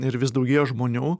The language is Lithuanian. ir vis daugėja žmonių